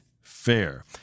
Fair